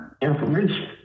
information